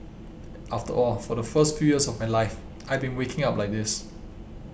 after all for the first few years of my life I'd been walking like this